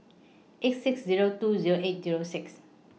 eight six Zero two Zero eight Zero six